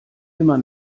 immer